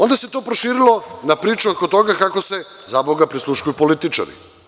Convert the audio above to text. Onda se to proširilo na priču oko toga kako se, zaboga, prisluškuju političari.